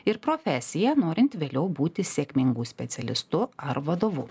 ir profesiją norint vėliau būti sėkmingu specialistu ar vadovu